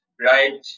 Right